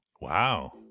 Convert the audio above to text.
Wow